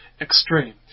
extreme